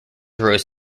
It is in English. arose